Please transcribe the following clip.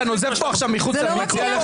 אתה נוזף פה עכשיו מחוץ למיקרופון?